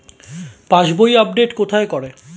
পাসবই update কোথায় করে?